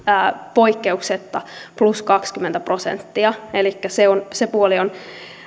poikkeuksetta plus kaksikymmentä prosenttia elikkä se puoli on